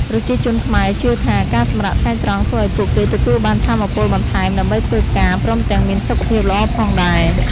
ប្រជាជនខ្មែរជឿថា ការសម្រាកថ្ងៃត្រង់ធ្វើឱ្យពួកគេទទួលបានថាមពលបន្ថែមដើម្បីធ្វើការ ព្រមទាំងមានសុខភាពល្អផងដែរ។